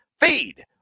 feed